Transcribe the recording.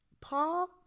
Paul